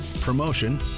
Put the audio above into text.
promotion